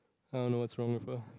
I don't know what's wrong with her